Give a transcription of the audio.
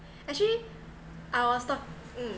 actually I was talk mm